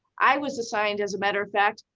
i was assigned as a matter of fact,